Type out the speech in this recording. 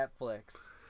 Netflix